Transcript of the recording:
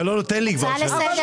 אתה לא נותן לי כבר שעתיים.